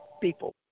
people